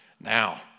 now